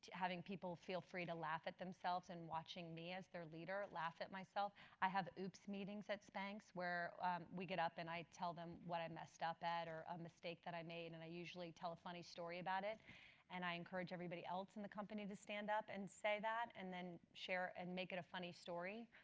having people feel free to laugh at themselves and watching me as their leader laughed at myself. i have ups meetings at spanx, where we get up and i tell them what i messed up at or ah mistake that i made and i usually tell funny story about it and i encourage everybody else in the company they stand up and say that and then share and make it a funny story.